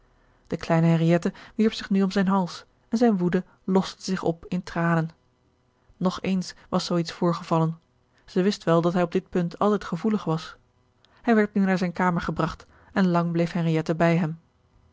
de kleine henriëtte wierp zich nu om zijn hals en zijne woede loste zich op in tranen nog eens was zoo iets voorgevallen zij wist wel dat hij op dit punt altijd gevoelig was hij werd nu naar zijne kamer gebragt en lang bleef henriëtte bij hem